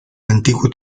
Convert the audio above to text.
antiguo